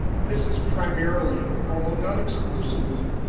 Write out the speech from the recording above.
this is primarily, although not exclusively,